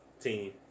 team